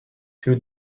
two